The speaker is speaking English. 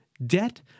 Debt –